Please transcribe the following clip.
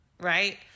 right